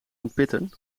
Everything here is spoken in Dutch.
ontpitten